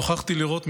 נוכחתי לראות,